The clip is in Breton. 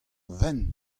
fenn